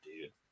dude